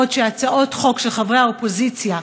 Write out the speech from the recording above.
בעוד הצעות חוק של חברי האופוזיציה,